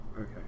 Okay